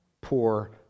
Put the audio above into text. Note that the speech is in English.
poor